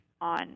on